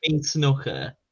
Snooker